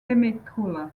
temecula